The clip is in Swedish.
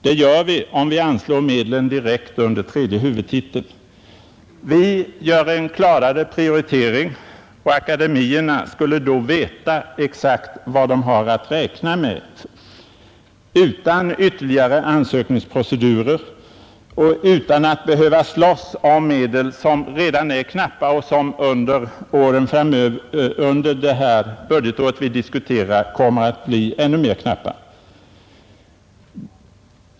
Det gör vi om vi anslår medlen direkt under tredje huvudtiteln. Vi gör en klarare prioritering och akademierna skulle då veta exakt vad de har att räkna med, utan ytterligare ansökningsprocedurer och utan att behöva slåss om medel som redan är knappa och som under det budgetår vi diskuterar kommer att bli ännu mer knappa.